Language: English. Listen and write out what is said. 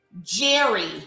Jerry